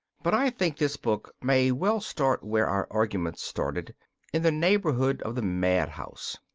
but i think this book may well start where our argument started in the neighbourhood of the mad-house.